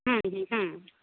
হুম হুম